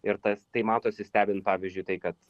ir tas tai matosi stebint pavyzdžiui tai kad